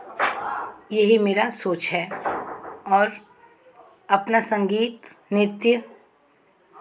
यही मेरा सोच है और अपना संगीत नृत्य